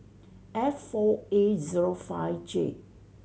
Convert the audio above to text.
F four A zero five J